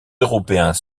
européens